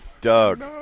Doug